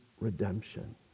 redemption